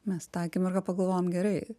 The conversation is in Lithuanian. mes tą akimirką pagalvojom gerai